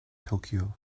tokyo